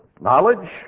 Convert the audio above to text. knowledge